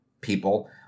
people